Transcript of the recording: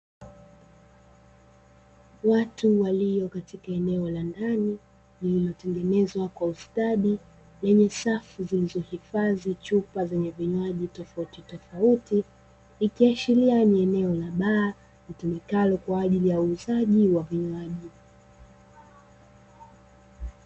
Watu walio katika eneo la ndani, lililotengenezwa kwa ustadi, lenye safu lililohifadhi chupa za aina tofautitofauti. Ikiashiria ni eneo la baa litumikalo kwa ajili ya uuzaji wa vinywaji.